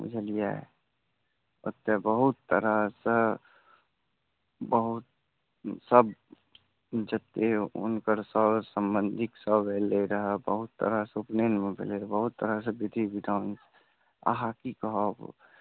बुझलियै ओतऽ बहुत तरहसँ बहुत सभ जतऽ हुनकर सर समबन्धिकसभ एलै रहऽ बहुत तरहसँ उपनयन भेलै बहुत तरहसँ विधि विधान अहाँ की कहब